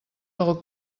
del